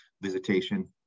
visitation